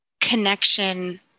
connection